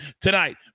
tonight